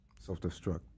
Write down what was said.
Self-destruct